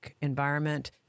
environment